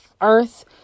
earth